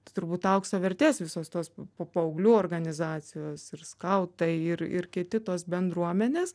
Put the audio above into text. tai turbūt aukso vertės visos tos po paauglių organizacijos ir skautai ir ir kiti tos bendruomenės